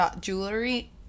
Jewelry